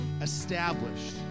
established